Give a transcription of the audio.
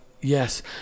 yes